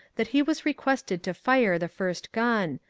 that he was requested to fire the first gun,